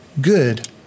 good